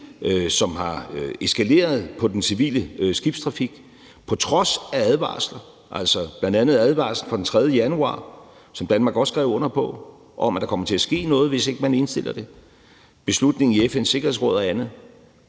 som er eskaleret, på den civile skibstrafik på trods af advarsler, bl.a. advarslen fra den 3. januar, som Danmark også skrev under på, om, at der kommer til at ske noget, hvis ikke man indstiller det, beslutningen i FN's Sikkerhedsråd og andet.